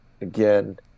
again